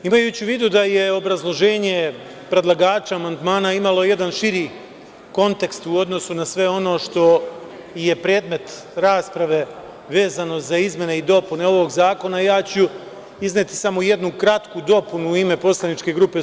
Imajući u vidu da je obrazloženje predlagača amandmana imalo jedan širi kontekst u odnosu na sve ono što je predmet rasprave, vezano za izmene i dopune ovog zakona, ja ću izneti samo jednu kratku dopunu u ime poslaničke grupe SPS.